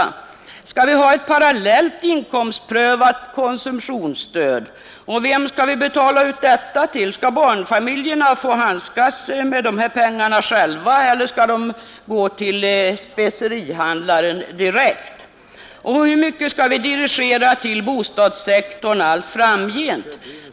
Skall vi ha ett parallellt inkomstprövat konsumtionsstöd? Och vem skall vi betala ut detta till? Skall barnfamiljerna få handskas med dessa pengar själva, eller skall pengarna gå till specerihandlaren direkt? Och hur mycket skall vi dirigera till bostadssektorn allt framgent?